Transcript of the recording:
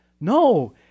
no